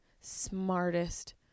smartest